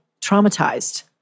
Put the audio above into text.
traumatized